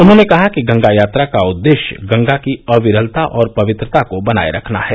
उन्होंने कहा कि गंगा यात्रा का उद्देश्य गंगा की अविरलता और पवित्रता को बनाए रखना है